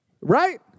Right